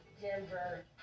Denver